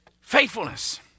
faithfulness